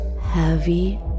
heavy